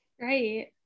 right